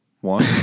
One